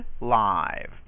live